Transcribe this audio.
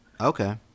Okay